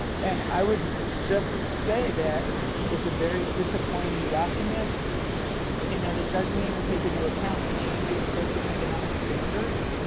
and i would just say that it's a very disappointing document in that it doesn't even take into account the changing socio-economic standards.